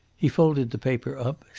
he folded the paper up,